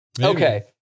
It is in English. Okay